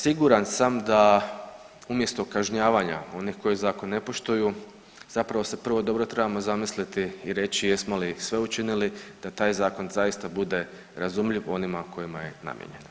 Siguran sam da umjesto kažnjavanja onih koji Zakon ne poštuju zapravo se prvo dobro trebamo zamisliti i reći jesmo li sve učinili da taj Zakon zaista bude razumljiv onima kojima je namijenjen.